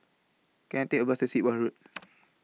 Can I Take A Bus to Sit Wah Road